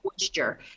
moisture